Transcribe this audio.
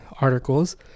articles